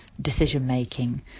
decision-making